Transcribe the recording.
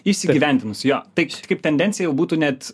įsigyvendinus jo taip kaip tendencija jau būtų net